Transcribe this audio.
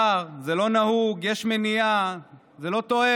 אי-אפשר, זה לא נהוג, יש מניעה, זה לא תואם.